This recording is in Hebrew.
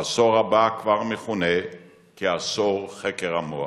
העשור הבא כבר מכונה "'עשור חקר המוח".